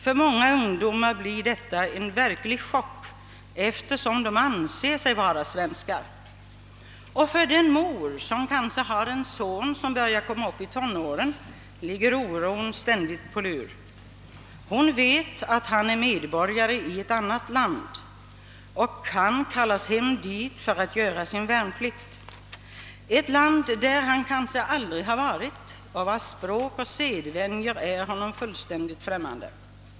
För många ungdomar blir detta en verklig chock eftersom de anser sig vara svenskar. För den mor som kanske har en son, som börjar komma upp i tonåren, ligger oron ständigt på lur därför att hon vet att han är medborgare i ett annat land och kan kallas dit att göra sin värnplikt; ett land där han kanske aldrig har varit och vars språk och sedvänjor är honom fullständigt främmande.